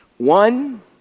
One